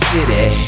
City